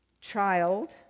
child